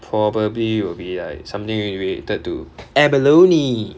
probably will be like something related to abalone